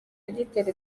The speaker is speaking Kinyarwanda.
agitera